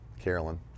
carolyn